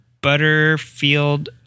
Butterfield